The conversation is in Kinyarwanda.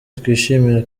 twishimira